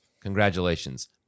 Congratulations